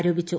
ആരോപിച്ചു